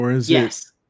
Yes